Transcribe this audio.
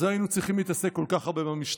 אז לא היינו צריכים להתעסק כל כך הרבה במשטרה.